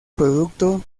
producto